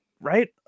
Right